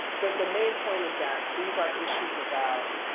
the the main point is that these are issues about